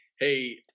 hey